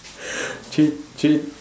three three